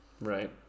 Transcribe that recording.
Right